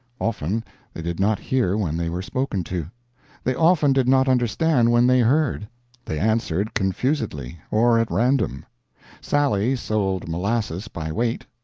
often they did not hear when they were spoken to they often did not understand when they heard they answered confusedly or at random sally sold molasses by weight,